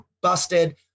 busted